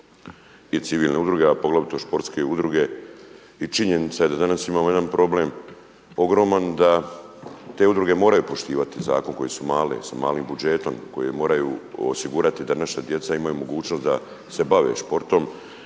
i civilne udruge, a poglavito sportske udruge. I činjenica je da danas imamo jedan problem ogroman da te udruge moraju poštivati zakon koje su male, sa malim budžetom koje moraju osigurati da naša djeca imaju mogućnost da se bave sportom.